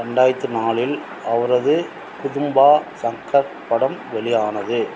ரெண்டாயிரத்து நாலில் அவரது குதும்பா சங்கர் படம் வெளியானது